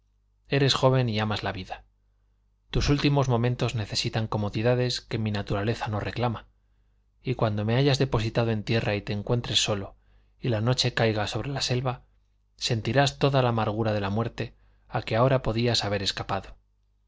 eres joven y amas la vida tus últimos momentos necesitan comodidades que mi naturaleza no reclama y cuando me hayas depositado en tierra y te encuentres solo y la noche caiga sobre la selva sentirás toda la amargura de la muerte a que ahora podías haber escapado